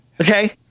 okay